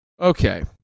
Okay